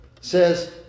says